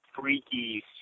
freaky